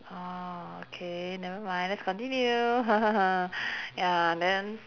ah okay never mind let's continue ya then